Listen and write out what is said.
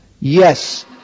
Yes